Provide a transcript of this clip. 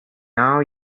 now